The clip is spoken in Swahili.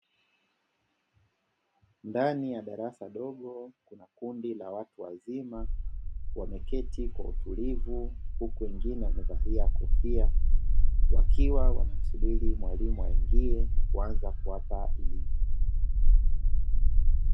Ndani ya darasa dogo kuna kundi la watu wazima wameketi kwa utulivu huku wengine wamevalia kofia wakiwa wanamsubiri mwalimu aingie kuanza kuwapa elimu.